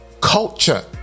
culture